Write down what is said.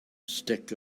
stick